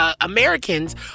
Americans